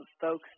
folks